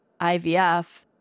IVF